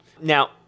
Now